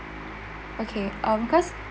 okay um cause